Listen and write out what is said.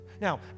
Now